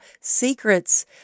secrets